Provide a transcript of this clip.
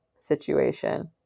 situation